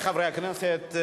8, אין מתנגדים.